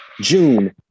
June